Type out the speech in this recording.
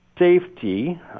Safety